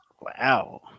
Wow